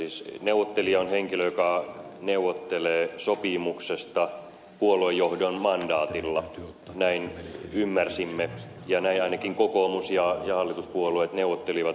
siis neuvottelija on henkilö joka neuvottelee sopimuksesta puoluejohdon mandaatilla näin ymmärsimme ja näin ainakin kokoomus ja hallituspuolueet neuvottelivat